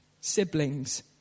siblings